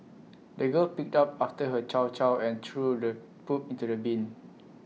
the girl picked up after her chow chow and threw the poop into the bin